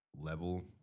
level